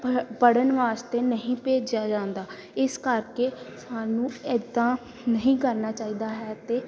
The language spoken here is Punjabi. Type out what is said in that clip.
ਪ ਪੜ੍ਹਨ ਵਾਸਤੇ ਨਹੀਂ ਭੇਜਿਆ ਜਾਂਦਾ ਇਸ ਕਰਕੇ ਸਾਨੂੰ ਇੱਦਾਂ ਨਹੀਂ ਕਰਨਾ ਚਾਹੀਦਾ ਹੈ ਅਤੇ